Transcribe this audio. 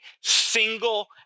single